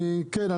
כן.